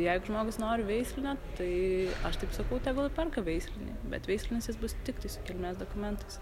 jeigu žmogus nori veislinio tai aš taip sakau tegul ir perka veislinį bet veislinis jis bus tiktai su kilmės dokumentais